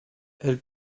elle